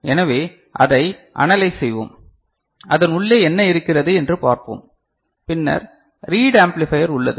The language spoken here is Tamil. எனவே அதை அனலைஸ் செய்வோம் அதன் உள்ளே என்ன இருக்கிறது என்று பார்ப்போம் பின்னர் ரீட் ஆம்பிளிபையர் உள்ளது